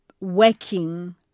working